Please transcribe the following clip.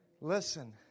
Listen